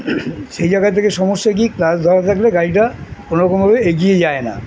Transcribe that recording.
সেই জায়গা থেকে সমস্যা কী ক্লাচ ধরা থাকলে গাড়িটা কোনো রকমভাবে এগিয়ে যায় না